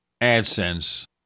AdSense